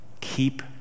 keep